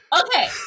Okay